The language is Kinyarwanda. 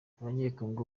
abanyekongo